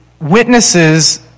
witnesses